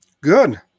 good